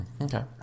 Okay